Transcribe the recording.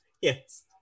Yes